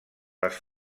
les